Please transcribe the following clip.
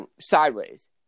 sideways